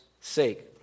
sake